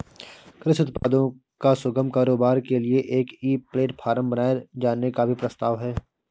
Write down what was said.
कृषि उत्पादों का सुगम कारोबार के लिए एक ई प्लेटफॉर्म बनाए जाने का भी प्रस्ताव है